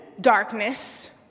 darkness